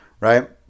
right